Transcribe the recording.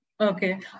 Okay